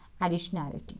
additionality